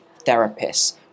therapists